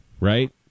right